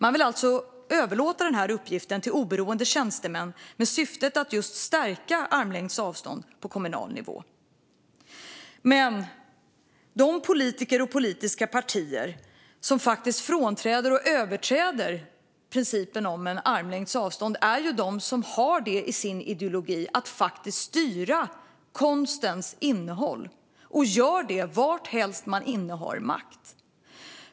Man vill överlåta uppgiften till oberoende tjänstemän i syfte att just stärka principen om armlängds avstånd på kommunal nivå. De politiker och politiska partier som frånträder och överträder principen om armlängds avstånd har i sin ideologi att de vill styra konstens innehåll och gör det också varhelst de innehar makt.